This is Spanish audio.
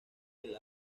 del